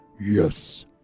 Yes